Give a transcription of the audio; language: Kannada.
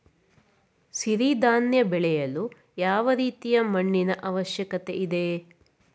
ಸಿರಿ ಧಾನ್ಯ ಬೆಳೆಯಲು ಯಾವ ರೀತಿಯ ಮಣ್ಣಿನ ಅವಶ್ಯಕತೆ ಇದೆ?